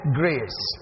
grace